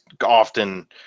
often